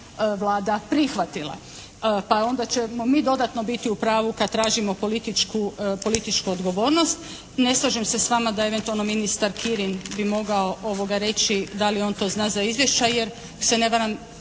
Vlada prihvatila, pa onda ćemo mi dodatno biti u pravu kad tražimo političku odgovornost. Ne slažem se s vama da eventualno ministar Kirin bi mogao reći da li on to zna za izvješća, jer se ne varam